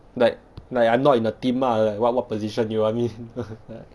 like like I'm not in the team lah what what position you want me in